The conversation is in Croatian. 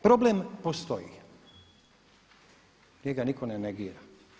Problem postoji, njega nitko ne negira.